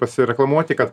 pasireklamuoti kad